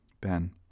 Ben